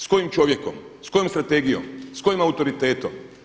S kojim čovjekom, s kojom strategijom, s kojim autoritetom?